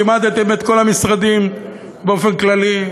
גימדתם את כל המשרדים באופן כללי.